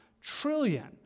trillion